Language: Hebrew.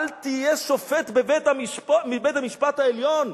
אל תהיה שופט בבית-המשפט העליון.